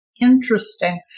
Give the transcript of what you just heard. interesting